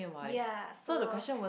ya so